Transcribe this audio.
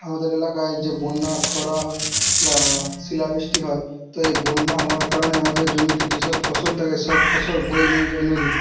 আমাদের এলাকায় যে বন্যা খরা হয় বা শিলাবৃষ্টি হয় তো এই বন্যা হওয়ার কারণে আমাদের জমিতে যে সব ফসল থাকে সব ফসল বয়ে নিয়ে যায় নদীতে